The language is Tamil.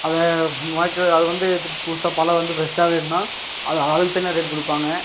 அதை வாழ்க்கையில் அதை வந்து இது புதுசாக பழம் வந்து ஃப்ரெஷ்ஷா வேணும்னா அதை அதுக்குத் தனியா ரேட் கொடுப்பாங்க